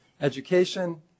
education